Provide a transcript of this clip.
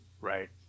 Right